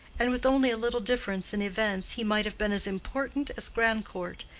and with only a little difference in events he might have been as important as grandcourt,